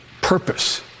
purpose